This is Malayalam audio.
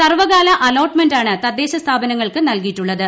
സർവ്വകാല അലോട്ട്മെന്റാണ് തദ്ദേശ സ്ഥാപനങ്ങൾക്ക് നൽകിയിട്ടുള്ളത്